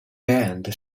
band